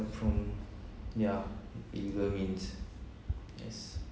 from yeah illegal means yes